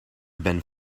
ben